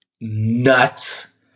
nuts